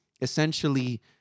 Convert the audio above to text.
essentially